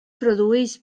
produeix